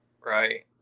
right